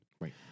Right